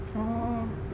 oo